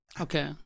Okay